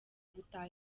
gutaha